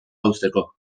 uzteko